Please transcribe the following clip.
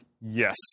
yes